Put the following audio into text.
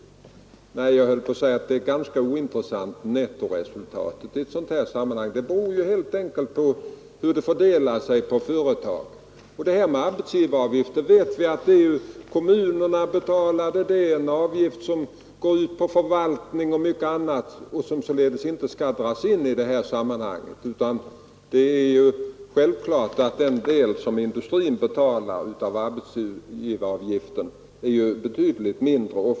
Jag höll på att säga att nettoresultatet är ganska ointressant i ett sådant här sammanhang. Det beror ju helt på hur det fördelar sig på företagen. Vi vet att arbetsgivaravgiften betalas av kommunerna och av förvaltningen och mycket annat som egentligen inte borde dras in i detta sammanhang. Självklart är att den del som industrin betalar av arbetsgivaravgiften är betydligt mindre än totalbeloppen.